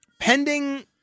pending